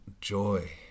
joy